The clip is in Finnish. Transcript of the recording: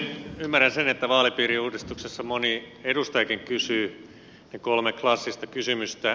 ymmärrän sen että vaalipiiriuudistuksessa moni edustajakin kysyy ne kolme klassista kysymystä